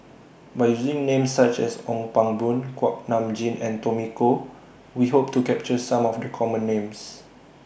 By using Names such as Ong Pang Boon Kuak Nam Jin and Tommy Koh We Hope to capture Some of The Common Names